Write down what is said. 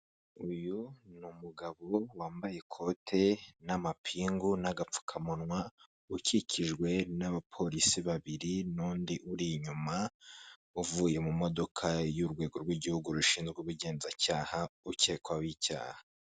Uyu ni umugabo wambaye ikote n'amapingu n'agapfukamunwa, ukikijwe n'abapolisi babiri, n'undi uri inyuma, uvuye mu modoka y'urwego rw'igihugu rushinzwe ubugenzacyaha, ukekwaho icyaha.